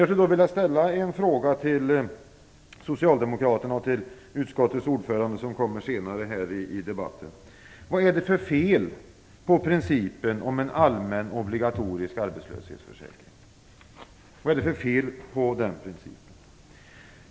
Jag vill därför ställa en fråga till socialdemokraterna och till utskottets ordförande som kommer här senare i debatten: Vad är det för fel på principen om en allmän obligatorisk arbetslöshetsförsäkring?